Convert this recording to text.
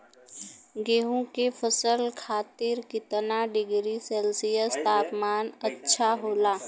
गेहूँ के फसल खातीर कितना डिग्री सेल्सीयस तापमान अच्छा होला?